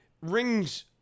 rings